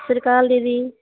ਸਤਿ ਸ਼੍ਰੀ ਅਕਾਲ ਦੀਦੀ